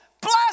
bless